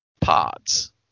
pods